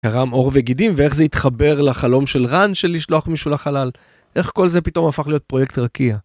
קרם אור וגידים, ואיך זה התחבר לחלום של רן של לשלוח מישהו לחלל? איך כל זה פתאום הפך להיות פרויקט רקיע?